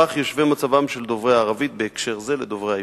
בכך יושווה מצבם של דוברי הערבית בהקשר זה לדוברי העברית.